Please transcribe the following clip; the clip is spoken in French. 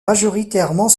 majoritairement